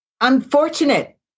unfortunate